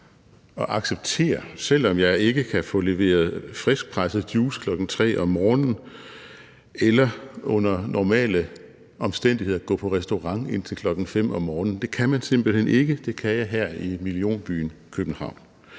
at acceptere, selv om jeg ikke kan få leveret friskpresset juice klokken 3 om morgenen eller under normale omstændigheder gå på restaurant indtil klokken 5 om morgenen. Det kan man simpelt hen ikke; det kan jeg her i millionbyen København.